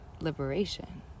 liberation